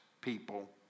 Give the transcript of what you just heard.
people